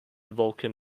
vulcan